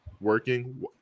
working